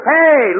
Hey